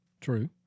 True